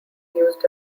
used